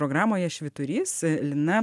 programoje švyturys lina